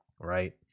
right